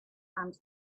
and